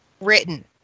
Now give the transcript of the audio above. written